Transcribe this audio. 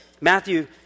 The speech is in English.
Matthew